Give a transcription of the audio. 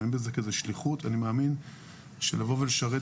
אני מאמין בזה כי זו שליחות לבוא ולשרת